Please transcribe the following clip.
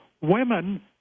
women